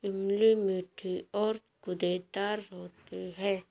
इमली मीठी और गूदेदार होती है